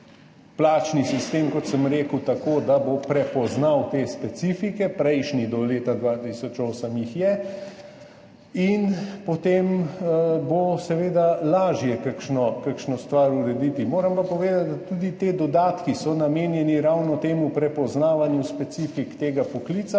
plačni sistem, kot sem rekel, tako da bo prepoznal te specifike, prejšnji do leta 2008 jih je, in potem bo seveda lažje urediti kakšno stvar. Moram pa povedati, da so tudi ti dodatki namenjeni ravno temu, prepoznavanju specifik tega poklica